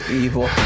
evil